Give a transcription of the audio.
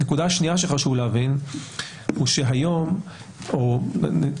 נקודה שנייה שחשוב להבין היא שהיום חלק